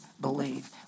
believe